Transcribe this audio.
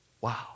Wow